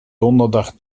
donderdag